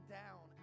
down